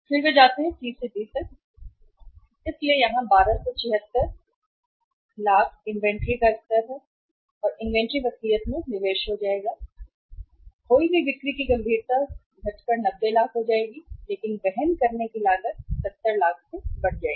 फिर वे जाते हैं C से D तक इसलिए यहाँ 1276 इन्वेंट्री स्तर है इन्वेंट्री वसीयत में निवेश हो जाएगा 1276 लाख तक जाएं और खोई हुई बिक्री गंभीरता से घटकर 90 लाख हो जाएगी लेकिन वहन करने की लागत बढ़ जाएगी70 लाख तक जाओ